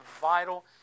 vital